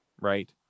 right